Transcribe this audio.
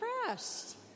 impressed